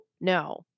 no